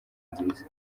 nziza